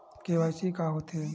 KYC का होथे?